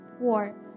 war